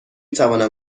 توانم